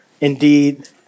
indeed